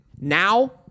now